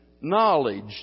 knowledge